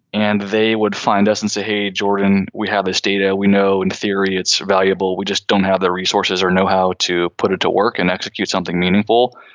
and they would find us and say, hey, jordan, we have this data. we know in theory it's valuable. we just don't have the resources or know how to put it to work and execute something meaningful.